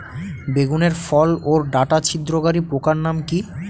বেগুনের ফল ওর ডাটা ছিদ্রকারী পোকার নাম কি?